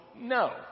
No